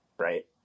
right